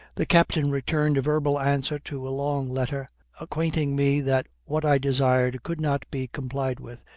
the captain returned a verbal answer to a long letter acquainting me that what i desired could not be complied with,